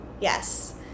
Yes